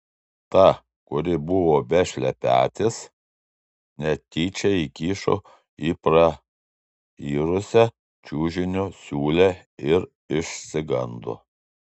tą kuri buvo be šlepetės netyčia įkišo į prairusią čiužinio siūlę ir išsigando